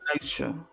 nature